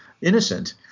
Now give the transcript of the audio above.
innocent